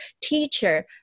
teacher